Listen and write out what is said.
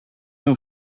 know